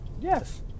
yes